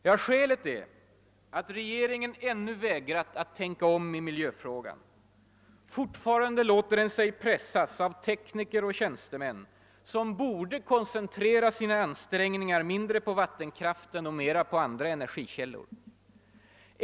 Ja, skälet är att regeringen ännu vägrat att tänka om i miljöfrågan. Fortfarande låter den sig pressas av tekniker och tjänstemän, som borde koncentrera sina ansträngningar mindre på vattenkraften och mera på andra energikällor.